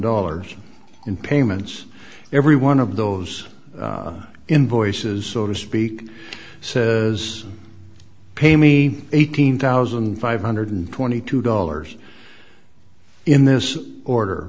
dollars in payments every one of those invoices so to speak says pay me eighteen thousand five hundred twenty two dollars in this order